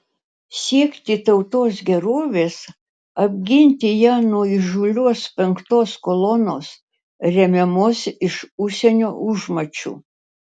siekti tautos gerovės apginti ją nuo įžūlios penktos kolonos remiamos iš užsienio užmačių